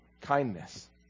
kindness